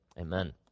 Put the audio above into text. Amen